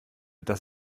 das